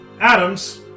Adams